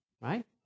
right